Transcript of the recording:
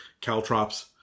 Caltrops